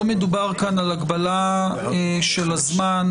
לא מדובר פה על הגבלה של הזמן,